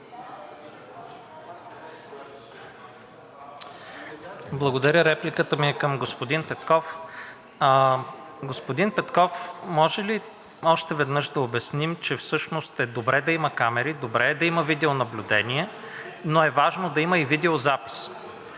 Благодаря. Репликата ми е към господин Петков. Господин Петков, може ли още веднъж да обясним, че всъщност е добре да има камери. Добре е да има видеонаблюдение, но е важно да има и видеозапис